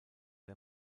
der